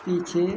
पीछे